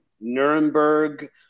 Nuremberg